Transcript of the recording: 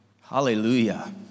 Hallelujah